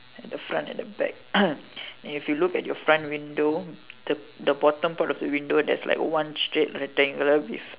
and the front and the back and if you look at your front window the the bottom part of the window there's like one straight rectangle with